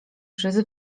przez